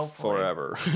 forever